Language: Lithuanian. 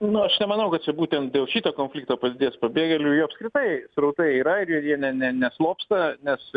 nu aš nemanau kad čia būtent dėl šito konflikto padidės pabėgėlių jų apskritai srautai yra ir jie ne ne ne neslopsta nes